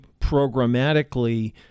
programmatically